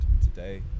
today